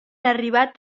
arribat